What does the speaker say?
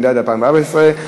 התשע"ד 2014,